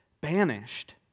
banished